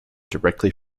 directly